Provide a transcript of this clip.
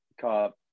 cop